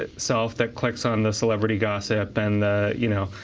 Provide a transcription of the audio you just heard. ah self that clicks on the celebrity gossip and the, you know,